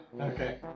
Okay